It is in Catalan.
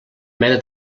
mena